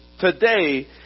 today